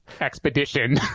expedition